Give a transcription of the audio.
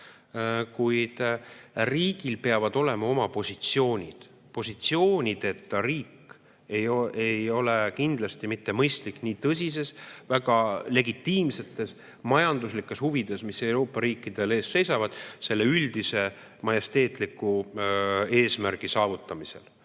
Kuid riigil peavad olema oma positsioonid. Positsioonideta riik ei ole kindlasti mitte mõistlik nii tõsistes, väga legitiimsetes majanduslikes huvides, mis Euroopa riikidel ees seisavad selle üldise majesteetliku eesmärgi saavutamisel.